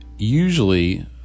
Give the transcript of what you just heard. Usually